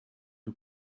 who